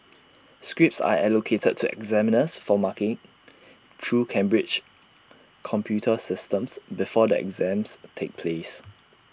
scripts are allocated to examiners for marking through Cambridge's computer systems before the exams take place